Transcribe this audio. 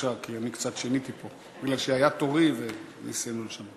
כי אני קצת שיניתי פה, היה תורי וניסינו לשנות.